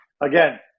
again